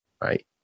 Right